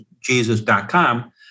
Jesus.com